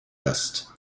gast